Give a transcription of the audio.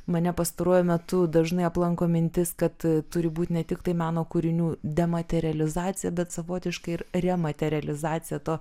mane pastaruoju metu dažnai aplanko mintis kad turi būt ne tiktai meno kūrinių dematerializacija bet savotiškai ir rematerializacija to